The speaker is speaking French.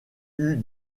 eût